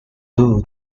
due